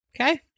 Okay